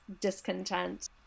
discontent